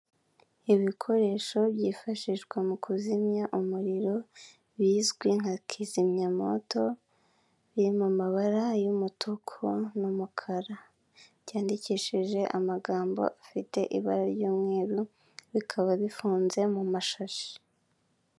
Ibikoresho byifashishwa mu kuzimwa umuriro, bizwi nka kizimyamoto, biri mu mabara y'umutuku n'umukara. Byandikishije amagambo afite ibara ry'umweru, bikaba bifunze mu mashashi.